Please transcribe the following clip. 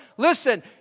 Listen